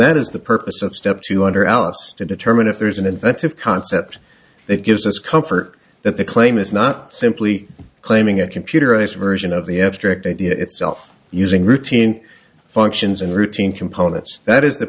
that is the purpose of step two under alice to determine if there's an inventive concept that gives us comfort that the claim is not simply claiming a computerized version of the abstract idea itself using routine functions and routine components that is the